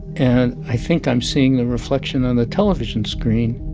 and i think i'm seeing the reflection on the television screen.